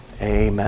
amen